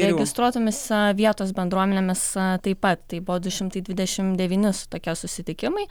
registruotomis vietos bendruomenėmis taip pat tai buvo du žimtai dvidešimt devyni tokie susitikimai